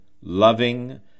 Loving